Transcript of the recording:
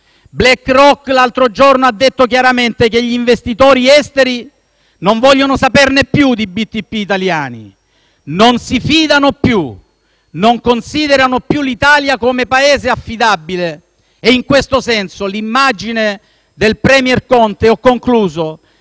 BlackRock, l'altro giorno, ha detto chiaramente che gli investitori esteri non vogliono saperne più dei BTP italiani. Non si fidano più e non considerano più l'Italia come un Paese affidabile. In questo senso, l'immagine del *premier* Conte, ieri,